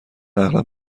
اغلب